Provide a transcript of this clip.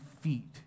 feet